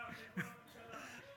חקירה על חשבון הממשלה.